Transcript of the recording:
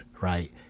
right